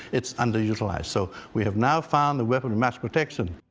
it's underutilized. so we have now found the weapon of mass protection